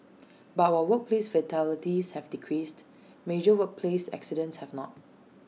but while workplace fatalities have decreased major workplace accidents have not